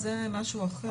זה משהו אחר.